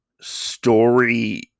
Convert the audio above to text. story